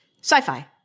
Sci-fi